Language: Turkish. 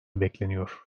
bekleniyor